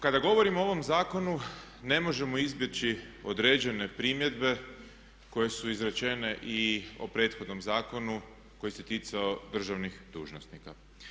Kada govorimo o ovom zakonu ne možemo izbjeći određene primjedbe koje su izrečene i o prethodnom zakonu koji se ticao državnih dužnosnika.